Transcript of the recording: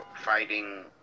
fighting